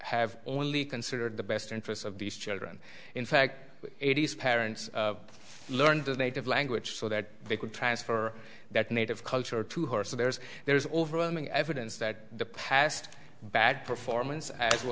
have only considered the best interests of these children in fact eighty's parents learned the native language so that they could transfer that native culture to her so there's there is overwhelming evidence that the past bad performance as w